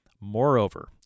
Moreover